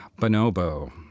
Bonobo